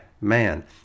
man